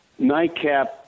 NICAP